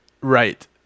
Right